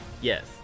Yes